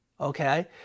okay